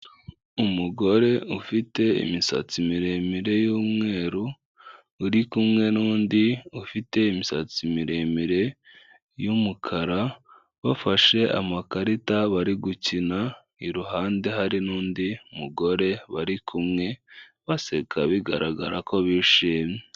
Umugore ufite imisatsi miremire y'umweru, uri kumwe n'undi ufite imisatsi miremire y'umukara, bafashe amakarita bari gukina, iruhande hari n'undi mugore bariku baseka bigaragara ko bishimye.